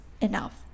enough